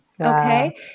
Okay